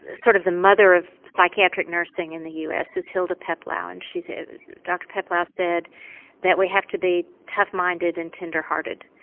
ah sort of the mother of psychiatric nursing in the us is hilda paplow and ah dr paplow said that we have to be tough-minded and tender-hearted.